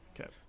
Okay